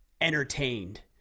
entertained